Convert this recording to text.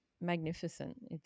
magnificent